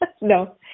No